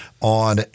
on